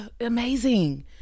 amazing